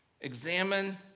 Examine